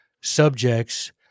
subjects